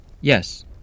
Yes